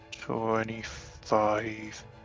twenty-five